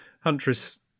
Huntress